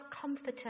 comforter